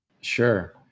Sure